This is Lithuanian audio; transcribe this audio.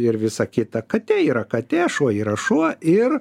ir visa kita katė yra katė šuo yra šuo ir